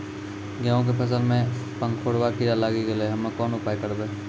गेहूँ के फसल मे पंखोरवा कीड़ा लागी गैलै हम्मे कोन उपाय करबै?